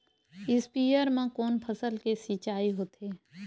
स्पीयर म कोन फसल के सिंचाई होथे?